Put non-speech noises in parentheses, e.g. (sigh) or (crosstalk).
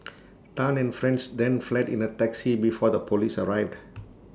(noise) Tan and friends then fled in A taxi before the Police arrived